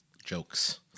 jokes